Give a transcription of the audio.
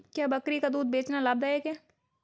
क्या बकरी का दूध बेचना लाभदायक है?